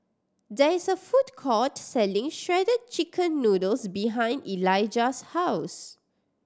there is a food court selling Shredded Chicken Noodles behind Elijah's house